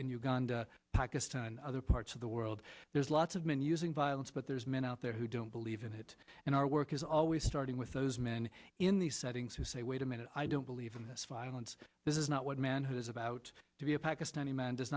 uganda pakistan and other parts of the world there's lots of men using violence but there's men out there who don't believe in it and our work is always starting with those men in these settings who say wait a minute i don't believe in this violence this is not what man who is about to be a pakistani man does